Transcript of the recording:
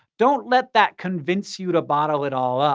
don't let that convince you to bottle it all up.